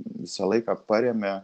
visą laiką paremia